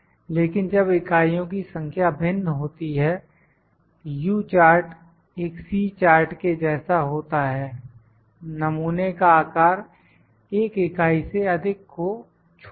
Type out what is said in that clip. लेकिन जब इकाइयों की संख्या भिन्न होती है U चार्ट एक C चार्ट के जैसा होता है नमूने का आकार एक इकाई से अधिक को छोड़कर